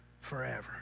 forever